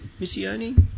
Missione